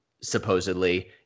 supposedly